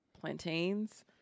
plantains